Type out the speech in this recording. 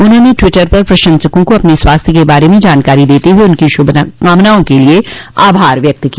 उन्होंने ट्वीटर पर प्रशंसकों को अपने स्वास्थ्य के बारे में जानकारी देते हुए उनकी शुभकामनाओं के लिए आभार व्यक्त किया